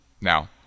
Now